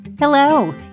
Hello